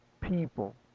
people